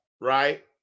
right